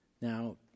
now